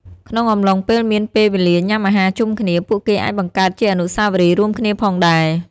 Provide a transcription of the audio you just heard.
ក្នុងអំឡុងពេលមានពេលវេលាញុំាអាហារជុំគ្នា ពួកគេអាចបង្កើតជាអនុស្សាវរីយ៏រួមគ្នាផងដែរ។